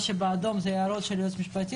מה שבאדום אלו הערות של היועץ המשפטי,